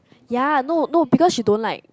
ya no no because she don't like